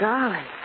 Golly